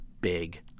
big